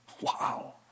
Wow